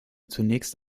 zunächst